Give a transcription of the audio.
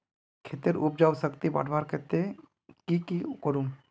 खेतेर उपजाऊ शक्ति बढ़वार केते की की करूम?